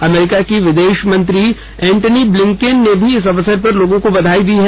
अमरीका के विदेश मंत्री एंटनी ब्लिंकेन ने भी इस अवसर पर लोगों को बधाई दी है